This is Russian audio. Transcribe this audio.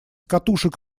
катушек